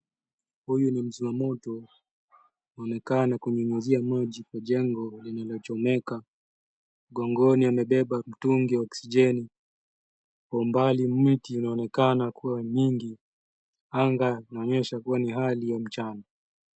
Huyu ni mzima moto, amekaa na kunyunyizia maji jengo lililochomeka. Mgongoni amebeba mtungi wa oksijeni. Kwa umbali miti inaonekana kuwa mingi. Anga inaonyesha kuwa ni hali ya mchana.